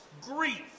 grief